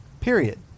Period